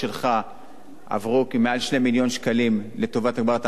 עברו מעל 2 מיליון שקלים לטובת הגברת האנטנות גם בסלולר